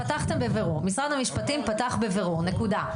משרד המשפטים פתח בבירור, נקודה.